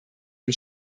ein